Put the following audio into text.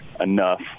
enough